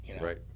Right